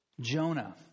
Jonah